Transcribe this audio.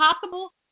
possible